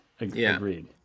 Agreed